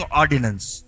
ordinance